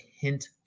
hint